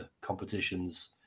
competitions